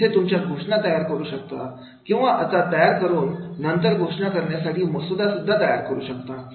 इथे तुमच्या घोषणा तयार करू शकता किंवा आता तयार करून नंतर घोषणा करण्यासाठी मसुदा तयार करू शकता